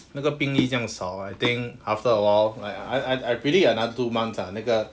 那个病例这样少 right I think after awhile like I I predict another two months 那个